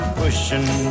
pushing